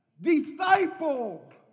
Disciple